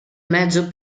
mezzo